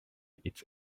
it’s